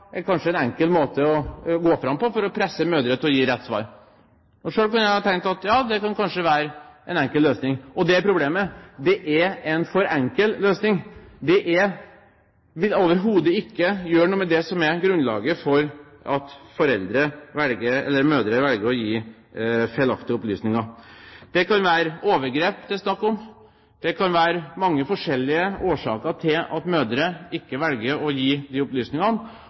at straff kanskje er en enkel måte å gå fram på for å presse mødre til å gi rett svar. Selv kunne jeg tenkt at det kanskje kan være en enkel løsning. Og det er problemet: Det er en for enkel løsning. Det vil overhodet ikke gjøre noe med det som er grunnlaget for at mødre velger å gi feilaktige opplysninger. Det kan være snakk om overgrep. Det kan være mange forskjellige årsaker til at mødre ikke velger å gi de riktige opplysningene.